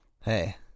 Hey